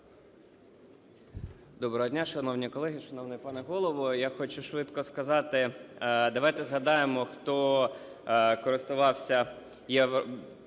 Доброго дня, шановні колеги, шановний пане Голово! Я хочу швидко сказати, давайте згадаємо, хто користувався такою